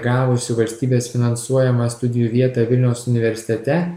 gavusių valstybės finansuojamą studijų vietą vilniaus universitete